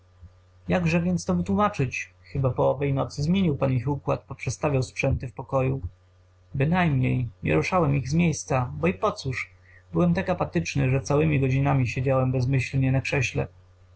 jakże więc to wytłómaczyć chyba po owej nocy zmienił pan ich układ poprzestawiał sprzęty w pokoju bynajmniej nie ruszałem ich z miejsca bo i pocóż byłem tak apatyczny że całemi godzinami siedziałem bezmyślnie na krześle